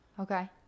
Okay